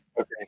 Okay